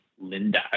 Linda